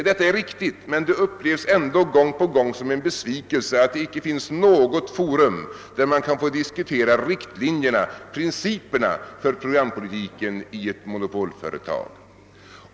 Detta är riktigt, men det upplevs ändå gång på gång som en besvikelse att det icke finns något forum, där man kan få diskutera riktlinjerna och principerna för programpolitiken i ett monopolföretag.